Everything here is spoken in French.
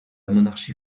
monarchie